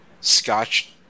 scotch